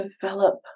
develop